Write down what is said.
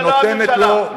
שנותנת לו,